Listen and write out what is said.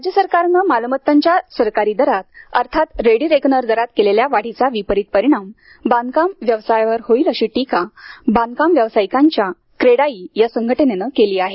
राज्य सरकारने मालमत्तांच्या सरकारी दरात अर्थात रेडी रेकनर दरात केलेल्या वाढीचा विपरीत परिणाम बांधकाम व्यवसायावर होईल अशी टीका बांधकाम व्यावसायिकांच्या क्रेडाई या संघटनेनं केली आहे